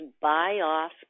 buy-off